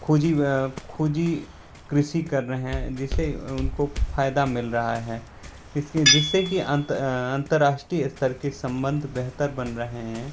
खोजी खोजी कृषि कर रहे जिससे उनको फयदा मिल रहा है इसके जिससे कि अंतर्राष्ट्रीय स्तर के संबंध बेहतर बन रहे हैं